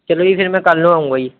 ਚਲੋ ਜੀ ਫਿਰ ਮੈਂ ਕੱਲ੍ਹ ਨੂੰ ਆਊਂਗਾ ਜੀ